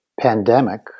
pandemic